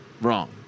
Wrong